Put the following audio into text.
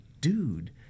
dude